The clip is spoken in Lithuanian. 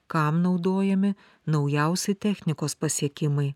kam naudojami naujausi technikos pasiekimai